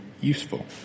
useful